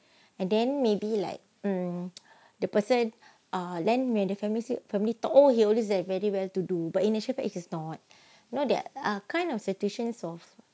and then maybe like err the person uh then where the family said firmly talk oh it is a very well to do but initially it is not you know that uh kind of situations of